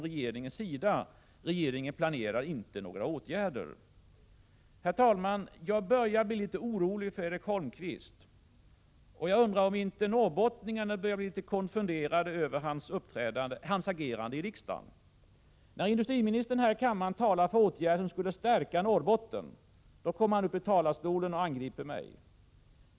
Regeringen planerar inte heller några åtgärder. Herr talman! Jag börjar bli litet orolig för Erik Holmkvist. Och jag undrar om inte norrbottningarna börjar bli en smula konfunderade över hans agerande här i riksdagen. När jag i kammaren talar för åtgärder för att stärka Norrbotten, då kommer Erik Holmkvist upp i talarstolen och angriper mig.